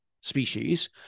species